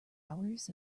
hours